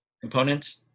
components